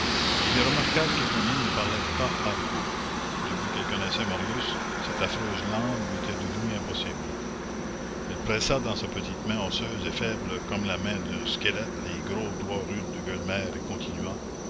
il est remarquable qu'éponine ne parlait pas argot depuis qu'elle connaissait marius cette affreuse langue lui était devenue impossible elle pressa dans sa petite main osseuse et faible comme la main d'un squelette les gros doigts rudes de gueulemer et continua